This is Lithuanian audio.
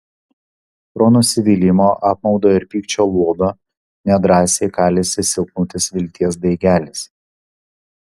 pro nusivylimo apmaudo ir pykčio luobą nedrąsiai kalėsi silpnutis vilties daigelis